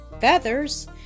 feathers